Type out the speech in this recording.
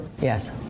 Yes